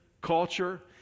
culture